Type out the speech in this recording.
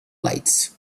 lights